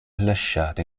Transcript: lasciata